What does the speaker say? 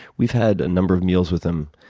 we've had a number of meals with him.